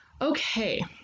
Okay